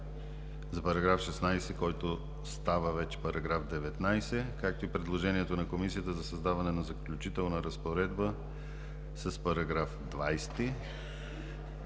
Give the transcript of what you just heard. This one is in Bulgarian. за параграф 16, който става вече § 19, както и предложението на Комисията за създаване на „Заключителна разпоредба“ с § 20